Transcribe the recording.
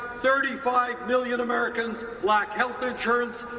thirty five million americans lack health insurance,